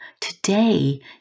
today